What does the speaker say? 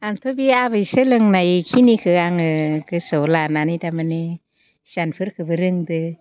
आंथ' बे आबै सोलोंनायखिनिखौ आङो गोसोआव लानानै थारमाने हिसानफोरखौबो रोंदों